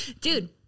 Dude